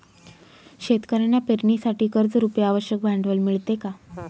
शेतकऱ्यांना पेरणीसाठी कर्जरुपी आवश्यक भांडवल मिळते का?